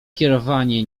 kierowanie